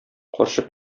карчык